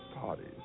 parties